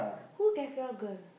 who gave y'all girl